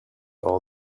all